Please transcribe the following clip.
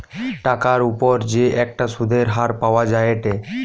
টাকার উপর যে একটা সুধের হার পাওয়া যায়েটে